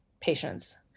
patients